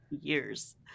years